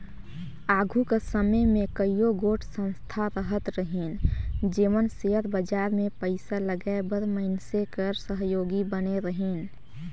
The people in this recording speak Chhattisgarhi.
आघु कर समे में कइयो गोट संस्था रहत रहिन जेमन सेयर बजार में पइसा लगाए बर मइनसे कर सहयोगी बने रहिन